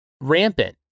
rampant